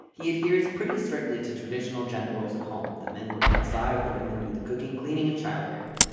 he adheres pretty strictly to traditional gender roles at home. the men work outside the women do the cooking cleaning and child rearing.